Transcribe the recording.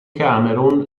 camerun